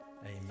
Amen